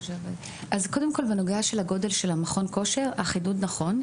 בנוגע לגודל של מכון הכושר, החידוד נכון.